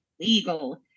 Legal